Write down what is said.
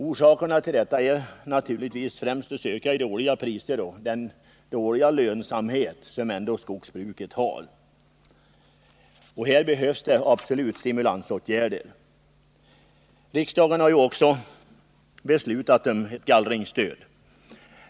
Orsaken till detta är naturligtvis främst att söka i dåliga priser och den dåliga lönsamhet som ändå råder inom skogsbruket. Här behövs absolut stimulansåtgärder. Riksdagen har också beslutat om ett gallringsstöd.